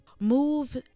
move